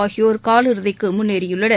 ஆகியோர் கால் இறுதிக்கு முன்னேறியுள்ளனர்